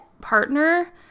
partner